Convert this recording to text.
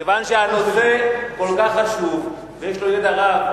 וכיוון שהנושא כל כך חשוב ויש לו ידע רב,